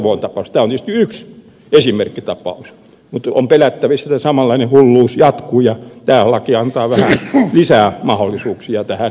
tämä on tietysti yksi esimerkkitapaus mutta on pelättävissä että samanlainen hulluus jatkuu ja tämä laki antaa vähän lisää mahdollisuuksia tähän tyhmyyteen